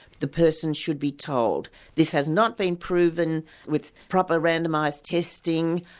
the person should be told this has not been proven with proper randomised testing,